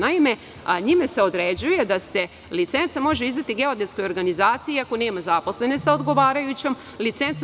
Naime, njime se određuje da se licenca može izdati geodetskoj organizaciji iako nema zaposlene sa odgovarajućom licencom.